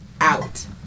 out